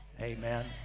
Amen